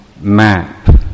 map